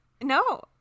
no